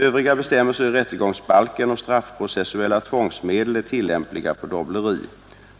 Övriga bestämmelser i rättegångsbalken om straffprocessuella tvångsmedel är tillämpliga på dobbleri.